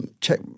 Check